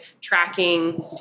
tracking